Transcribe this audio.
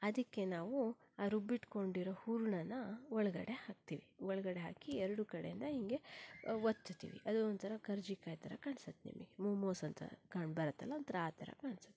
ಅದಕ್ಕೆ ನಾವು ಆ ರುಬ್ಬಿಟ್ಕೊಂಡಿರೊ ಹೂರಣನ ಒಳಗಡೆ ಹಾಕ್ತೀವಿ ಒಳಗಡೆ ಹಾಕಿ ಎರಡೂ ಕಡೆಯಿಂದ ಹಿಂಗೆ ಒತ್ತುತ್ತೀವಿ ಅದು ಒಂಥರ ಕರ್ಜಿಕಾಯಿ ಥರ ಕಾಣ್ಸತ್ತೆ ನಿಮಗೆ ಮೋಮೋಸ್ ಅ ಥರ ಕಾಣಬರುತ್ತಲ್ಲ ಒಂಥರ ಆ ಥರ ಕಾಣ್ಸತ್ತೆ